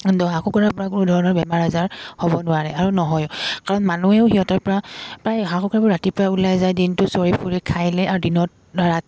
হাঁহ কুকুৰাৰপৰা কোনো ধৰণৰ বেমাৰ আজাৰ হ'ব নোৱাৰে আৰু নহয়ও কাৰণ মানুহেও সিহঁতৰপৰা প্ৰায় হাঁহ কুকুৰাবোৰ ৰাতিপুৱাই ওলাই যায় দিনটো চৰি ফুৰে খাই লৈ আৰু দিনত